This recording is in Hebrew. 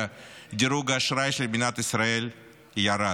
דירוג האשראי של מדינת ישראל ירד.